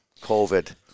COVID